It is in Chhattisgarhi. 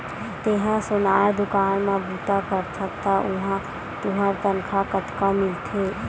तेंहा सोनार दुकान म बूता करथस त उहां तुंहर तनखा कतका मिलथे?